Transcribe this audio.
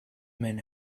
men